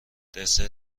دسر